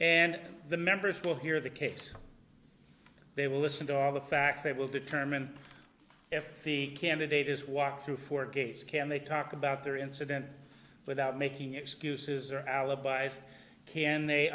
and the members will hear the case they will listen to all the facts they will determine if the candidate is walk through for gays can they talk about their incident without making excuses or alibis can they